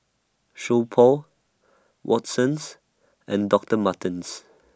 So Pho Watsons and Doctor Martens